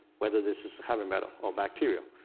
whether this is heavy metal, or bacteria,